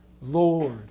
Lord